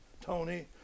Tony